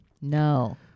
No